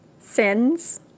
Sins